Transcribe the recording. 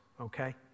okay